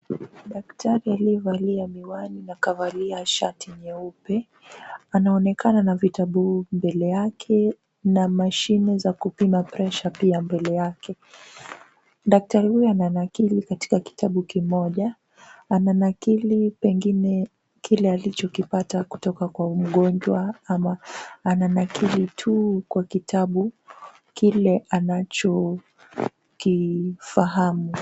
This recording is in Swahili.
Daktari aliyevalia miwani na akavalia shati nyeupe, anaonekana na vitabu mbele yake na mashine za kupima pressure pia mbele yake. Daktari huyu ananakili katika kitabu kimoja. Ananakili pengine kile alichokipata kutoka kwa mgonjwa ama ananakili tu kwa kitabu kile anacho kifahamu.